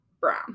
brown